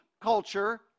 culture